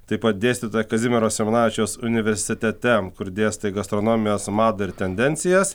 taip pat dėstytoja kazimiero simonavičiaus universitete kur dėstai gastronomijos madą ir tendencijas